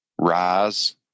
rise